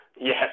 Yes